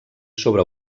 sobre